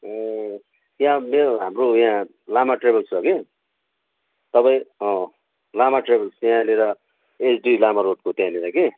ए यहाँ हाम्रो यहाँ लामा ट्राभल्स छ कि तपाईँ लामा ट्राभल्स यहाँनिर एचडी लामा रोडको त्यहाँनिर कि